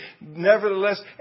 nevertheless